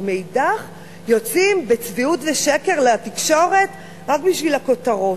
ומאידך גיסא יוצאים בצביעות ושקר לתקשורת רק בשביל הכותרות.